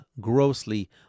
grossly